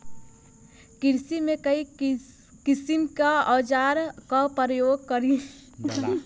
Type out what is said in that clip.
किरसी में कई किसिम क औजार क परयोग कईल जाला